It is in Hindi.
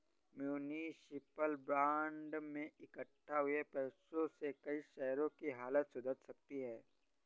म्युनिसिपल बांड से इक्कठा हुए पैसों से कई शहरों की हालत सुधर सकती है